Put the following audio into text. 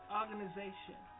organization